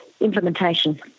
Implementation